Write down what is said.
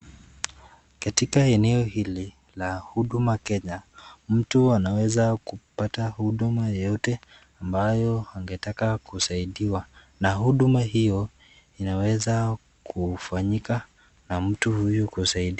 Katika eneo hili la Huduma Kenya mtu anaweza kupata huduma yoyote ambayo angetaka kusaidiwa na huduma hiyo inaweza kufanyika na mtu huyu kusadiwa.